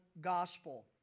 gospel